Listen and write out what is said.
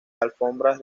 alfombras